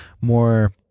more